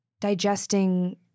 digesting